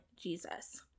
Jesus